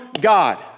God